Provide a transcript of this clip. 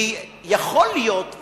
כי יכול להיות,